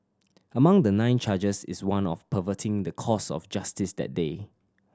among the nine charges is one of perverting the course of justice that day